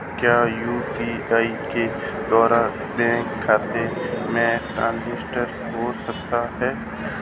क्या यू.पी.आई के द्वारा बैंक खाते में ट्रैन्ज़ैक्शन हो सकता है?